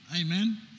Amen